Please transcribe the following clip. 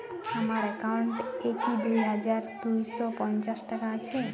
আমার অ্যাকাউন্ট এ কি দুই হাজার দুই শ পঞ্চাশ টাকা আছে?